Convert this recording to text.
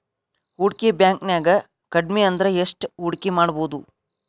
ಹೂಡ್ಕಿ ಬ್ಯಾಂಕ್ನ್ಯಾಗ್ ಕಡ್ಮಿಅಂದ್ರ ಎಷ್ಟ್ ಹೂಡ್ಕಿಮಾಡ್ಬೊದು?